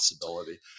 possibility